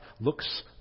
looks